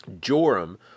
Joram